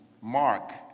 Mark